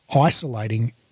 isolating